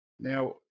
Now